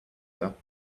her